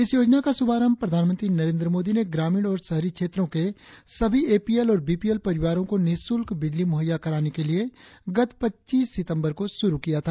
इस योजना का शुभारंभ प्रधानमंत्री नरेंद्र मोदी ने ग्रामीण और शहरी क्षेत्रों के सभी एपीएल और बीपीएल परिवारों को निशुल्क बिजली मुहैय्या कराने के लिए गत पच्चीस सितंबर को शुरु किया था